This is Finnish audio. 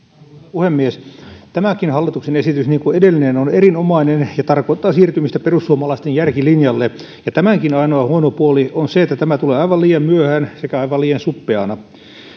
puhemies tämäkin hallituksen esitys niin kuin edellinen on erinomainen ja tarkoittaa siirtymistä perussuomalaisten järkilinjalle ja tämänkin ainoa huono puoli on se että tämä tulee aivan liian myöhään sekä aivan liian suppeana